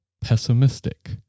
pessimistic